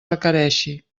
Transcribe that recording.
requereixi